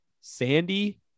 Sandy